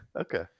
Okay